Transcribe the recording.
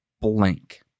blank